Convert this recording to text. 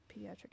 pediatrics